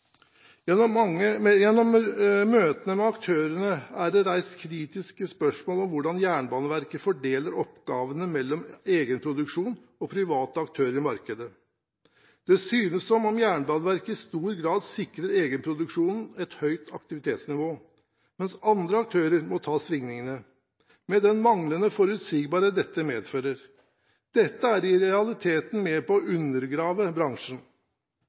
Gjennom møtene med aktørene er det reist kritiske spørsmål om hvordan Jernbaneverket fordeler oppgavene mellom egenproduksjon og private aktører i markedet. Det synes som om Jernbaneverket i stor grad sikrer egenproduksjonen et høyt aktivitetsnivå, mens andre aktører må ta svingningene med den manglende forutsigbarhet dette medfører. Dette er i realiteten med på å undergrave bransjen.